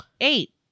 eight